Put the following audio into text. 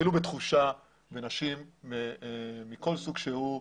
ואפילו בתחושה, בנשים מכל סוג שהוא.